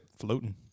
Floating